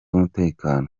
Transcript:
umutekano